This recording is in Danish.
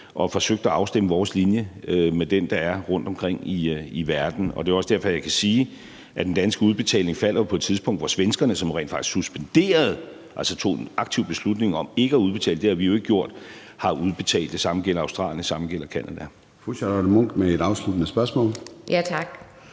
har forsøgt at afstemme vores linje med den linje, der er rundtomkring i verden. Og det er jo også derfor, jeg kan sige, at den danske udbetaling falder på et tidspunkt, hvor svenskerne, som rent faktisk suspenderede, altså tog en aktiv beslutning om ikke at udbetale det – det har vi jo ikke gjort – har udbetalt, og det samme gælder Australien, og det samme gælder Canada. Kl. 13:07 Formanden (Søren Gade):